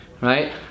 right